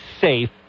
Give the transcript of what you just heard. safe